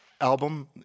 album